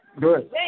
Good